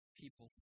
people